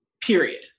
period